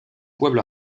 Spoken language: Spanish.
pueblo